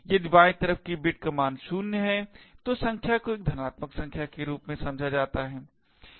यदि बायीं तरफ की बिट का मान 0 है तो संख्या को एक धनात्मक संख्या के रूप में समझी जाती है